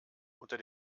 unter